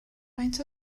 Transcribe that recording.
faint